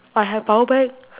but I have power bank